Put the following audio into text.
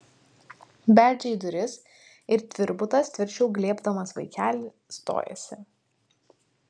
beldžia į duris ir tvirbutas tvirčiau glėbdamas vaikelį stojasi